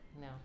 No